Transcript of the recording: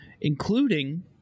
including